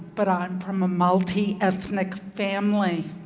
but i'm from a multi ethnic family.